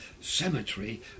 cemetery